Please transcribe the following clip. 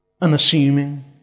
Unassuming